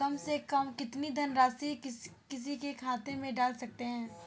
कम से कम कितनी धनराशि किसी के खाते में डाल सकते हैं?